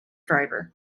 driver